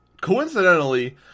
coincidentally